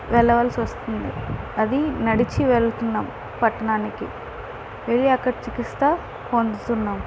వెళ్ళవలసి వస్తుంది అది నడిచి వెళ్తున్నాం పట్టణానికి వెళ్లి అక్కడ చికిత్స పొందుతున్నాం